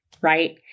right